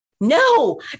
No